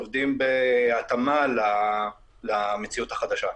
עובדים בהתאמה למציאות החדשה.